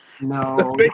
no